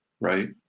right